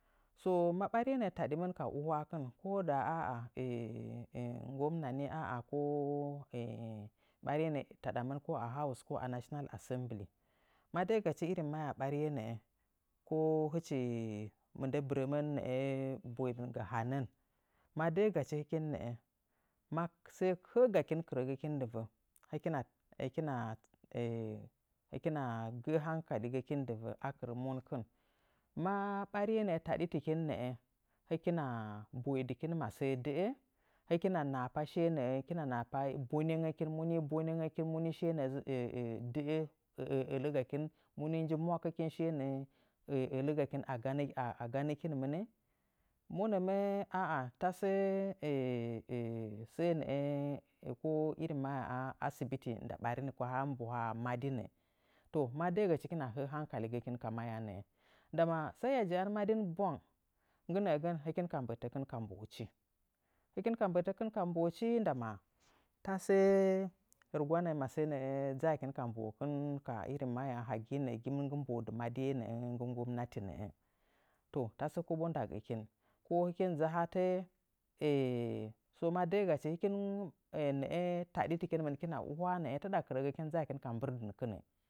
So, ma ɓariye naa taɗiminka uhwaa kɨn ko nda a'a nggomna nii ko ɓariye naa taɗamɨn ko a house ko a national assembly. Ma daa gachi irin mahyaa ɓariye naa ko hɨch mɨndə bɨrəmən nəə boidɨn ga hanan. Ma daa gachi hɨkin naa ma həə gakin kɨrəgəkin dɨva hɨkina hɨkina gəə hangkaligəkin dɨva a kɨra monkɨn ma ɓariye taɗitɨkin naa hɨkina nahapa bonangakin muni bonengəkin muni shiye nəə daə ələ gakin a ganəkin mɨnt. monəmə tasə səə naa ko mahyaa asibiti nda barin ka haa mbuhamadinnɨ. Ma daa gachi hɨkina həə hangkaligakin ka mahyaa nəə. Ndama sai hiya ja'a madin bwang hɨkin ka jaa madin bwang hɨkin ka mbətəkin ka mbohachi. Hɨkin ka mbətəkin ka mbohachi ndama tasəə ayam dzaakin ka mbohəkɨn ka irin mahyaa hagiye naa gimɨn nggɨ mbohakɨn, hagiye aggɨ mbohadi madiye nəə nggɨ nggomnati nəə tasə kobo ndagəkin ko hɨkin mɨ dzuu a hətə so, ma ɗaə gachi hɨkin na'a taɗitɨkinmɨn hɨkina uhwaa na'a, taɗa kɨrəgəkin dzaakin ka mbɨrdɨnkɨni.